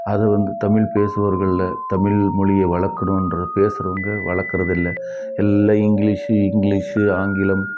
அதை வந்து தமிழ் பேசுபவர்களில் தமிழ் மொழிய வளர்க்கணுான்ற பேசுகிறவுங்க வளர்க்கறதில்ல எல்லாம் இங்கிலிஷ் இங்கிலிஷ் ஆங்கிலம்